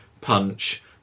punch